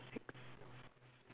six